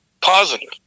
positive